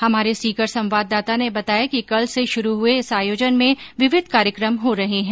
हमारे सीकर संवाददाता ने बताया कि कल से शुरू हुये इस आयोजन में विविध कार्यक्रम हो रहे हैं